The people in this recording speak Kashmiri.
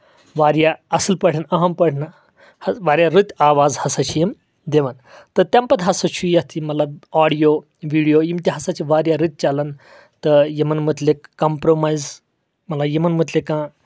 واریاہ اَصٕل پٲٹھۍ اَہم پٲٹھۍ واریاہ رٕتۍ آواز ہسا چھِ یِم دِوان تہٕ تَمہِ پَتہٕ ہسا چھُ یِم یَتھ یہِ مطلب اوڈیو ویٖڈیو یِم تہِ ہسا چھِ واریاہ رٔتۍ چلان تہٕ یِمن مُتعلِق کمپرومایز مطلب یِمن مُتعلق کانٛہہ